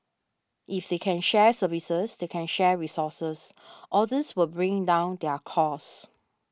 if they can share services they can share resources all these will bring down their costs